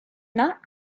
not